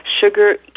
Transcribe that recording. sugar